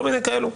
כל מיני כאלו.